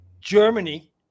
Germany